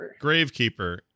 Gravekeeper